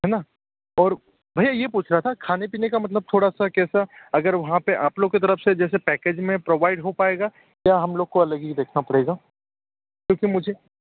है ना और भइया ये पूछ रहा था खाने पीने का मतलब थोड़ा सा कैसा अगर वहाँ पे आप लोग की तरफ से मतलब पैकेज में प्रोवाइड हो पाएगा या हम लोग को ही देखना पड़ेगा क्योंकि मुझे